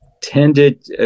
tended